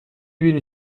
بینی